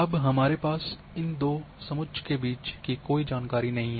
अब हमारे पास इन दो समुच्च के बीच की कोई जानकारी नहीं है